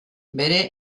bere